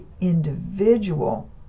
individual